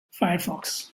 firefox